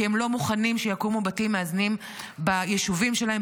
כי הם לא מוכנים שיקומו בתים מאזנים ביישובים שלהם,